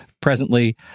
presently